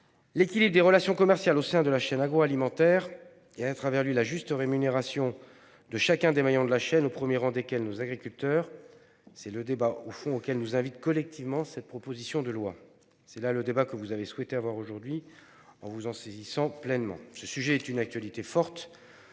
sénateurs, l'équilibre des relations commerciales au sein de la chaîne agroalimentaire et, à travers lui, la juste rémunération de chacun des maillons de la chaîne, au premier rang desquels nos agriculteurs : tel est le débat auquel nous invite collectivement cette proposition de loi, un débat que vous avez souhaité avoir aujourd'hui, en vous en saisissant pleinement. Ce sujet est d'une actualité forte